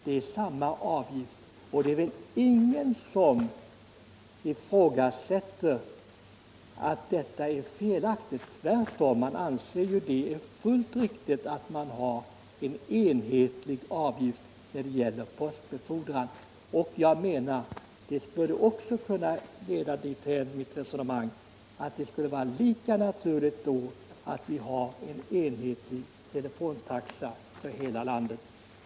Det är väl ingen som ifrågasätter det riktiga i detta. Enligt mittt resonemang skulle det kunna vara lika naturligt att ha en enhetlig telefontaxa för hela landet.